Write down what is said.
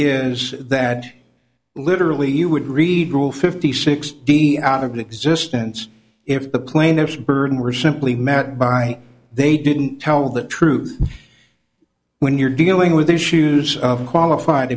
is that literally you would read rule fifty sixty out of the existence if the plaintiff's burden were simply met by they didn't tell the truth when you're dealing with issues of qualified